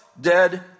dead